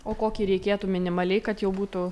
o kokį reikėtų minimaliai kad jau būtų